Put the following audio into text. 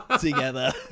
together